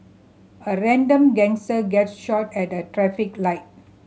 a random gangster gets shot at a traffic light